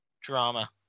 Drama